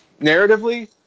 narratively